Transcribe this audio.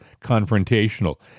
confrontational